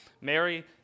Mary